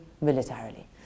militarily